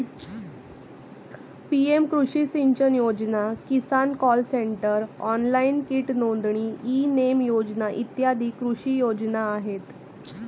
PM कृषी सिंचन योजना, किसान कॉल सेंटर, ऑनलाइन कीट नोंदणी, ई नेम योजना इ कृषी योजना आहेत